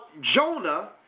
Jonah